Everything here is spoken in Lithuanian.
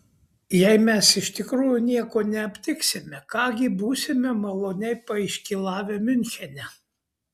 jei mes iš tikrųjų nieko neaptiksime ką gi būsime maloniai paiškylavę miunchene